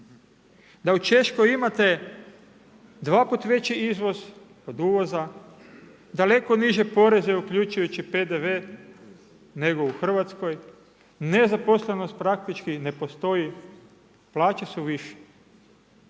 Da u Češkoj imate dvaput veći izvoz od uvoza, daleko niže poreze uključujući PDV nego u Hrvatskoj, nezaposlenost praktički ne postoji, plaće su više.